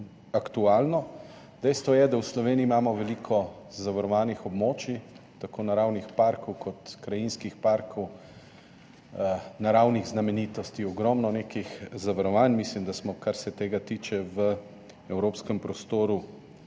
aktualno. Dejstvo je, da imamo v Sloveniji veliko zavarovanih območij, tako naravnih parkov kot krajinskih parkov, naravnih znamenitosti, ogromno nekih zavarovanj, mislim, da smo, kar se tega tiče, v evropskem prostoru